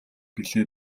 билээ